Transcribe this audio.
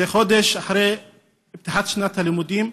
זה חודש אחרי פתיחת שנת הלימודים,